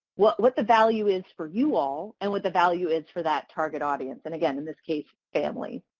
what what the value is for you all and what the value is for that target audience, and again, in this case families.